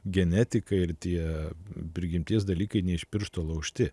genetika ir tie prigimties dalykai ne iš piršto laužti